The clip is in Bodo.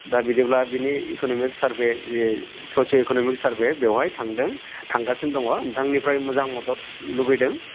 दा बिदिब्ला बेनि इक'न'मिक सार्भे ससिय' इक'न'मिक सार्भे बेवहाय थांदों थांगासिनो दङ नोंथांनिफ्राय मोजां मदद लुबैदों